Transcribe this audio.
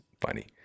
funny